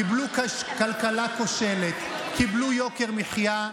קיבלו כלכלה כושלת קיבלו יוקר מחיה,